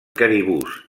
caribús